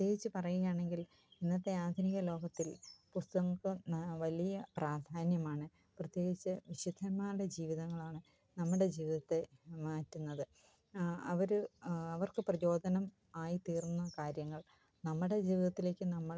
പ്രത്യേകിച്ച് പറയുകയാണെങ്കിൽ ഇന്നത്തെ ആധുനിക ലോകത്തിൽ പുസ്തകങ്ങൾക്ക് വലിയ പ്രാധാന്യമാണ് പ്രത്യേകിച്ച് വിശുദ്ധന്മാരുടെ ജീവിതങ്ങളാണ് നമ്മുടെ ജീവിതത്തെ മാറ്റുന്നത് അവർ അവർക്ക് പ്രചോദനം ആയിത്തീർന്ന കാര്യങ്ങൾ നമ്മുടെ ജീവിതത്തിലേക്ക് നമ്മൾ